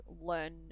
learn